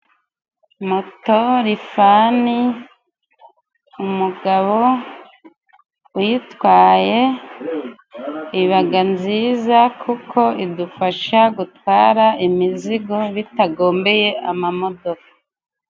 Mato rifani umugabo uyitwaye ibaga nziza, kuko idufasha gutwara imizigo, bitagomeye amamodoka.